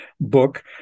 book